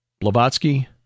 Blavatsky